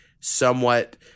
somewhat